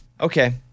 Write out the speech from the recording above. Okay